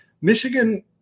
Michigan